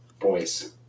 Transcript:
Boys